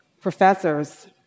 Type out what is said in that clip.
professors